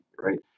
right